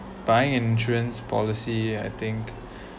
buying an insurance policy I think